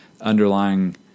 underlying